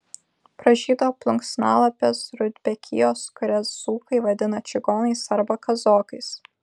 pražydo plunksnalapės rudbekijos kurias dzūkai vadina čigonais arba kazokais